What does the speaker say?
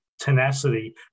tenacity